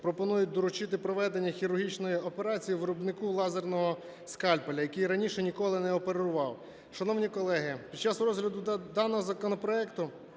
пропонують доручити проведення хірургічної операції виробнику лазерного скальпеля, який раніше ніколи не оперував. Шановні колеги, під час розгляду даного законопроекту